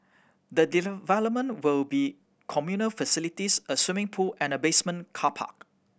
the development will be communal facilities a swimming pool and a basement car park